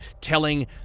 telling